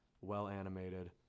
well-animated